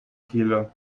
kehle